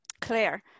Claire